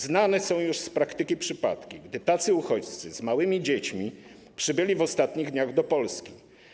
Znane są już z praktyki przypadki, gdy tacy uchodźcy z małymi dziećmi przybyli w ostatnich dniach do Polski.